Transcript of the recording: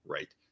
Right